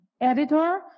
editor